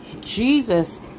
Jesus